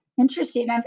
Interesting